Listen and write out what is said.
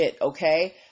okay